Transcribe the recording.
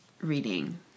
reading